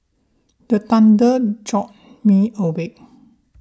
the thunder jolt me awake